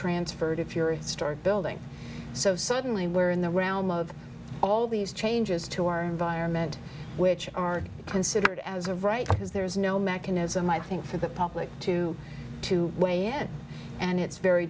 transferred if you're a start building so suddenly we're in the realm of all these changes to our environment which are considered as a right because there is no mechanism i think for the public to two way yet and it's very